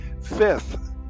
fifth